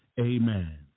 amen